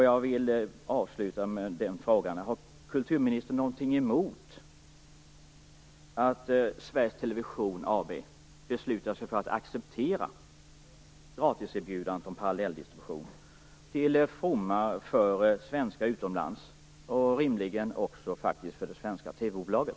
Jag vill avsluta med den frågan: Har kulturministern någonting emot att Sveriges Television AB beslutar sig för att acceptera gratiserbjudandet om parallelldistribution till fromma för svenskar utomlands och rimligen också för det svenska TV-bolaget?